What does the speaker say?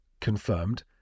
confirmed